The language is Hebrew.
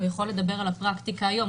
הוא יכול לדבר על הפרקטיקה היום.